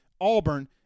Auburn